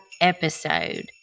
episode